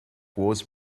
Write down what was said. wars